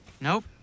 Nope